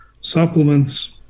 supplements